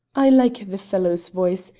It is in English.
i like the fellow's voice,